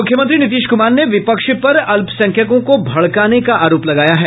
मुख्यमंत्री नीतीश कुमार ने विपक्ष पर अल्पसंख्यकों को भड़काने का आरोप लगाया है